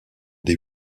des